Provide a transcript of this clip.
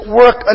work